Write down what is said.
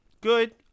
good